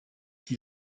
qui